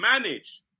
manage